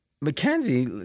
Mackenzie